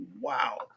Wow